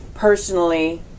personally